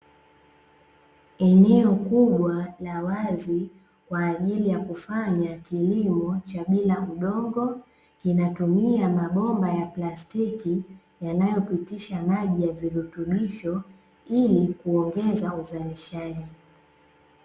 Eneo kubwa la wazi, kwa ajili ya kufanya kilimo cha bila udongo, kinatumia mabomba ya plastiki, yanayopitisha maji ya virutubisho, ili kuongeza uzalishaji.